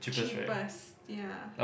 cheapest ya